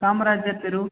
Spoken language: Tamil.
காமராஜர் தெரு